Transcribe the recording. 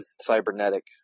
cybernetic